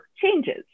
changes